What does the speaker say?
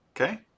Okay